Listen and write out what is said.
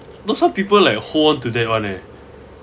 though some people like hold on to that one eh